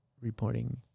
reporting